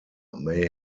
may